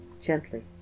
gently